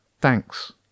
thanks